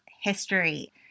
history